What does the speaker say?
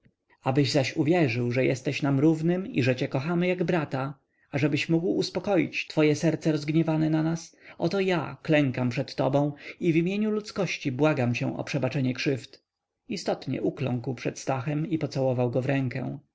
abyś zaś uwierzył że jesteś nam równym i że cię kochamy jak brata abyś mógł uspokoić twoje serce rozgniewane na nas oto ja klękam przed tobą i w imieniu ludzkości błagam cię o przebaczenie krzywd istotnie ukląkł przed stachem i pocałował go w rękę